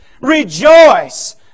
Rejoice